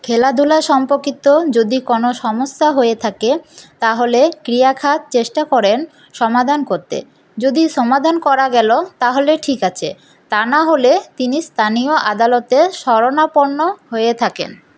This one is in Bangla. খেলাধুলা সম্পর্কিত যদি কোনো সমস্যা হয়ে থাকে তাহলে ক্রিয়া চেষ্টা করেন সমাধান করতে যদি সমাধান করা গেল তাহলে ঠিক আছে তা না হলে তিনি স্থানীয় আদালতে শরণাপন্ন হয়ে থাকেন